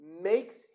makes